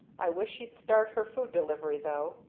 i wish she'd start her food delivery, though.